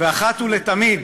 ואחת ולתמיד